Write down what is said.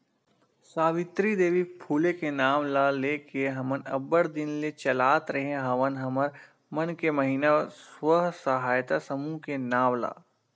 सावित्री देवी फूले के नांव ल लेके हमन अब्बड़ दिन ले चलात रेहे हवन हमर मन के महिना स्व सहायता समूह के नांव ला